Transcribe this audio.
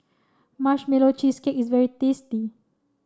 marshmallow cheesecake is very tasty